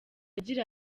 agira